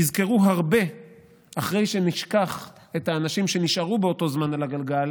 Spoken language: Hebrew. יזכרו הרבה אחרי שנשכח את האנשים שנשארו באותו זמן על הגלגל